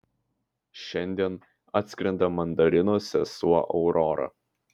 šiandien atskrenda mandarino sesuo aurora